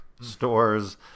stores